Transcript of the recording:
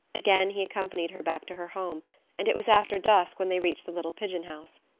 again he accompanied her back to her home and it was after dusk when they reached the little pigeon-house.